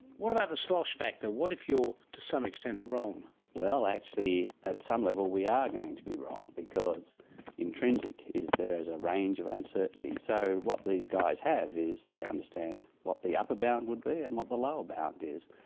what about the slosh factor? what if you are to some extent wrong? actually at some level we are going to be wrong because intrinsic is there is a range of uncertainty. so what these guys have is they understand what the upper bound would be and what the lower bound is,